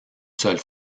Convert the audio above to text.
seule